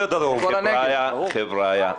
חבריה,